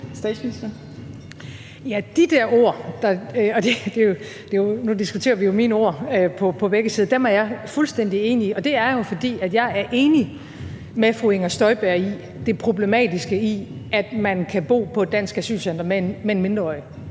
De der ord – nu diskuterer vi jo mine ord på begge sider – er jeg fuldstændig enig i. Det er jeg jo, fordi jeg er enig med fru Inger Støjberg i det problematiske i, at man kan bo på et dansk asylcenter med en mindreårig.